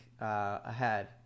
ahead